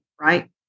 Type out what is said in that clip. right